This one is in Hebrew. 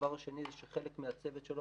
דבר שני הוא שחלק מהצוות שלו